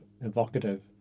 evocative